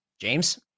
James